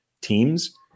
teams